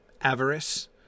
avarice